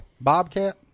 Bobcat